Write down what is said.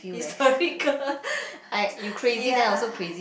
historical ya